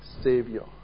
Savior